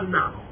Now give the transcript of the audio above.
now